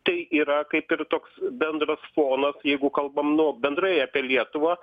tai yra kaip ir toks bendras fonas jeigu kalbam nu bendrai apie lietuvą